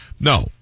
No